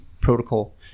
protocol